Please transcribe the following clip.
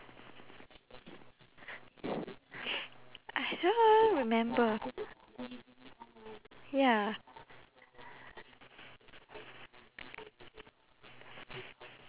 I don't remember ya